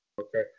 Okay